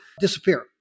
disappear